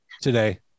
today